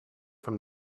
from